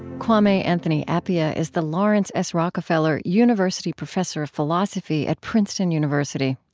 kwame anthony appiah is the laurance s. rockefeller university professor of philosophy at princeton university.